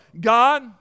God